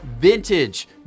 vintage